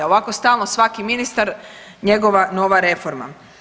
A ovako stalno svaki ministar njegova nova reforma.